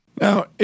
Now